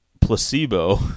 placebo